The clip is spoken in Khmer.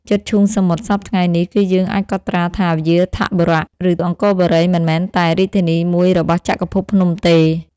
ជិតឈូងសមុទ្រសព្វថ្ងៃនេះ គឺយើងអាចកត់ត្រាថា វ្យាធបុរៈ ឬ អង្គរបូរីមិនមែនតែ រាជធានីមួយរបស់ចក្រភពភ្នំទេ ។